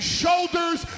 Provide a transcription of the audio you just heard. shoulders